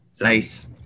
Nice